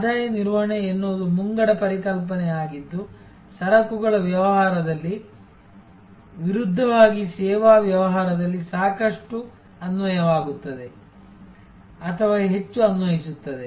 ಆದಾಯ ನಿರ್ವಹಣೆ ಎನ್ನುವುದು ಮುಂಗಡ ಪರಿಕಲ್ಪನೆಯಾಗಿದ್ದು ಸರಕುಗಳ ವ್ಯವಹಾರದಲ್ಲಿ ವಿರುದ್ಧವಾಗಿ ಸೇವಾ ವ್ಯವಹಾರದಲ್ಲಿ ಸಾಕಷ್ಟು ಅನ್ವಯವಾಗುತ್ತದೆ ಅಥವಾ ಹೆಚ್ಚು ಅನ್ವಯಿಸುತ್ತದೆ